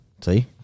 See